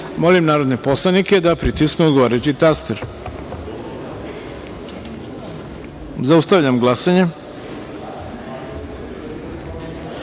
narodne poslanike da pritisnu odgovarajući taster. Zaustavljam glasanje: